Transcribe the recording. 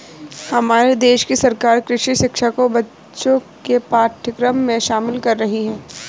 हमारे देश की सरकार कृषि शिक्षा को बच्चों के पाठ्यक्रम में शामिल कर रही है